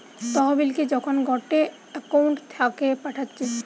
তহবিলকে যখন গটে একউন্ট থাকে পাঠাচ্ছে